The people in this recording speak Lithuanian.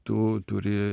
tu turi